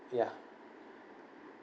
ya